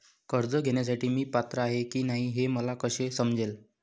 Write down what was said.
कर्ज घेण्यासाठी मी पात्र आहे की नाही हे मला कसे समजेल?